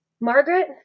Margaret